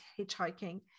hitchhiking